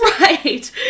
Right